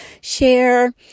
share